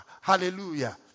Hallelujah